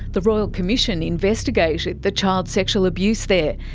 the royal commission investigated the child sexual abuse there.